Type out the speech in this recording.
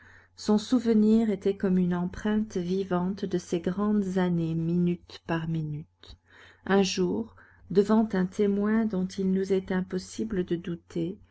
son souvenir était comme une empreinte vivante de ces grandes années minute par minute un jour devant un témoin dont il nous est impossible de douter